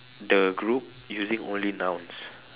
the group using only nouns